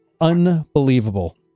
Unbelievable